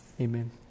Amen